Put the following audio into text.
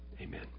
Amen